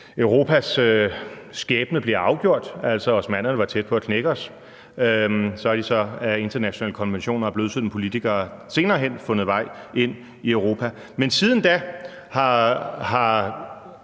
Europas skæbne bliver afgjort. Osmannerne var tæt på at knække os. Så har de så under internationale konventioner og blødsødne politikere senere hen fundet vej ind i Europa. Men siden da har